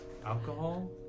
alcohol